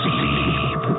Sleep